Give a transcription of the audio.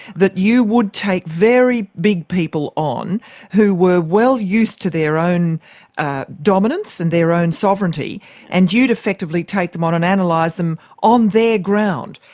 that you would take very big people on who were well used to their own dominance and their own sovereignty and you'd effectively take them on on and analyse like them on their ground.